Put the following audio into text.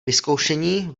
vyzkoušení